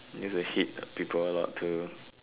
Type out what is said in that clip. used to hit people a lot too